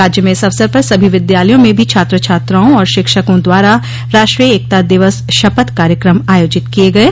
राज्य में इस अवसर पर सभी विद्यालयों में भी छात्र छात्राओं और शिक्षकों द्वारा राष्ट्रीय एकता दिवस शपथ कार्यक्रम आयोजित किये गये